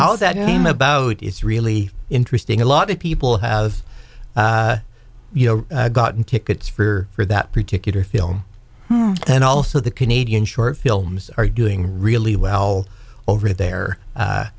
house that name about it is really interesting a lot of people have you know gotten tickets for for that particular film and also the canadian short films are doing really well over there